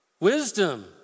Wisdom